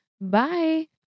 Bye